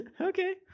Okay